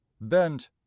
bent